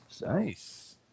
Nice